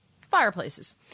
fireplaces